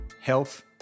health